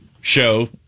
show